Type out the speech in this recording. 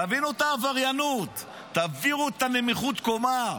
תבינו את העבריינות, תבינו את נמיכות הקומה.